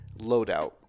loadout